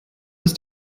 ist